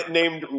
named